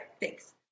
thanks